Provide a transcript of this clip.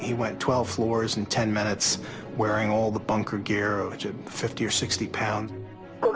he went twelve floors in ten minutes wearing all the bunker karajan fifty or sixty pounds